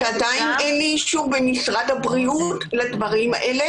עדיין אין אישור במשרד הבריאות לדברים האלה.